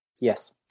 Yes